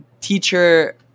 teacher